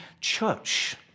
church